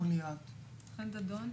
חן דדון.